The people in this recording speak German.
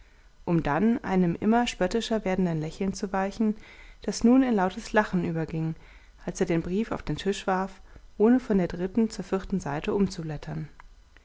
um dann einem immer spöttischer werdenden lächeln zu weichen das nun in lautes lachen überging als er den brief auf den tisch warf ohne von der dritten zur vierten seite